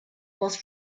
was